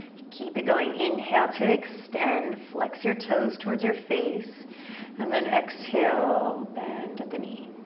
keep it going, inhale to extend. flex your toes towards your face and then exhale, bend at the knee.